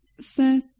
set